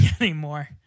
anymore